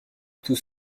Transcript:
tous